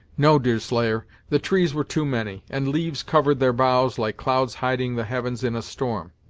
no, deerslayer the trees were too many, and leaves covered their boughs like clouds hiding the heavens in a storm.